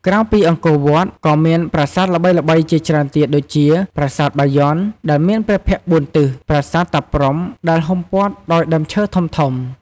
ក្រៅពីអង្គរវត្ត ក៏មានប្រាសាទល្បីៗជាច្រើនទៀតដូចជា ប្រាសាទបាយ័នដែលមានព្រះភ័ក្ត្របួនទិស ប្រាសាទតាព្រហ្មដែលហ៊ុំព័ទ្ធដោយដើមឈើធំៗ។